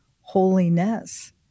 holiness